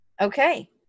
Okay